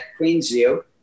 Queensview